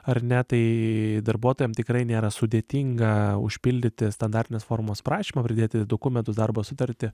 ar ne tai darbuotojam tikrai nėra sudėtinga užpildyti standartinės formos prašymą pridėti dokumentus darbo sutartį